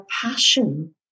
passion